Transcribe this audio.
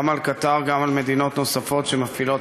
גם על קטאר, גם על מדינות נוספות שמפעילות